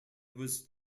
was